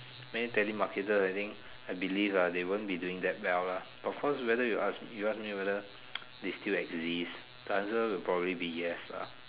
many telemarketer I think I believe ah they won't be doing that well lah of course whether you ask you ask me whether they still exist the answer will probably be yes ah